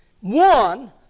one